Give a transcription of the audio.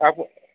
পাব